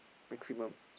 maximum